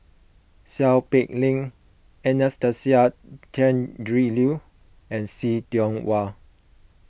Seow Peck Leng Anastasia Tjendri Liew and See Tiong Wah